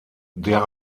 der